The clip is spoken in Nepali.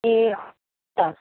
ए हो त